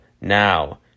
Now